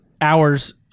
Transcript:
hours